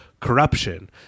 corruption